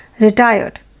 retired